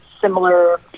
similar